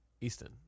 Easton